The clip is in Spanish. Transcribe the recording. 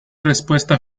respuesta